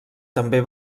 també